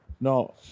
no